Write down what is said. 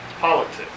politics